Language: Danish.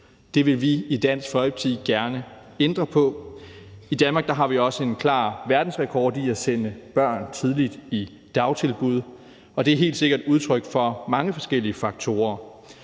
Det vil vi i Dansk Folkeparti gerne ændre på. I Danmark har vi også en klar verdensrekord i at sende børn tidligt i dagtilbud, og det er helt sikkert udtryk for mange forskellige faktorer.